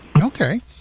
Okay